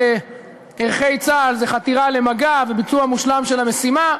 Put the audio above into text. בערכי צה"ל הוא חתירה למגע וביצוע מושלם של המשימה.